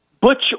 Butch